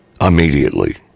immediately